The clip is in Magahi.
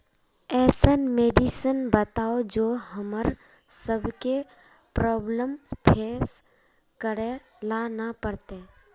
ऐसन मेडिसिन बताओ जो हम्मर सबके प्रॉब्लम फेस करे ला ना पड़ते?